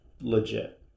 legit